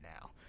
now